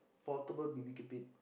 portable B_B_Q bin